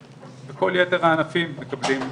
וכל יתר הענפים מקבלים פחות.